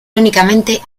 irónicamente